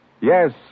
Yes